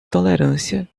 tolerância